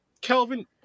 Kelvin